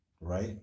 right